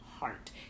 heart